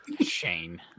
Shane